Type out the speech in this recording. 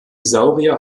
saurier